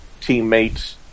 teammates